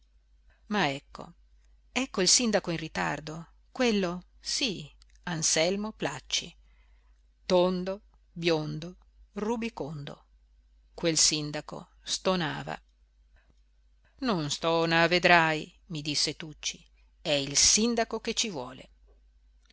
ma ecco ecco il sindaco in ritardo quello sí anselmo placci tondo biondo rubicondo quel sindaco stonava non stona vedrai mi disse tucci è il sindaco che ci vuole